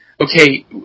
okay